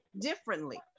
differently